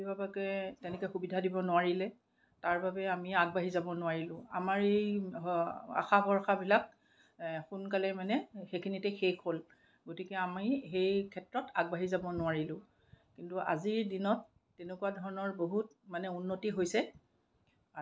অভিভাকে তেনেকে সুবিধা দিব নোৱাৰিলে তাৰ বাবে আমি আগবাঢ়ি যাব নোৱাৰিলো আমাৰ এই আশা ভৰসাবিলাক সোনকালে মানে সেইখিনিতে শেষ হ'ল গতিকে আমি সেই ক্ষেত্ৰত আগবাঢ়ি যাব নোৱাৰিলো কিন্তু আজিৰ দিনত তেনেকুৱা ধৰণৰ বহুত মানে উন্নতি হৈছে